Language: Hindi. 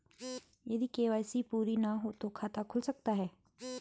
यदि के.वाई.सी पूरी ना हो तो खाता खुल सकता है?